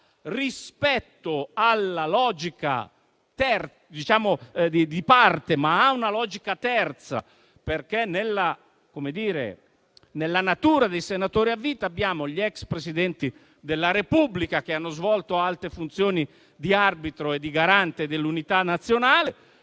sottratta alla logica di parte, ma ha una logica terza, perché nella natura dei senatori a vita abbiamo gli ex Presidenti della Repubblica, che hanno svolto funzioni di arbitro e di garante dell'unità nazionale,